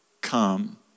come